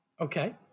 Okay